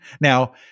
Now